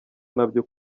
nabyo